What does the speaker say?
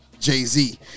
Jay-Z